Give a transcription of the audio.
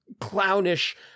clownish